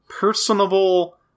personable